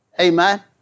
Amen